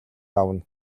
авна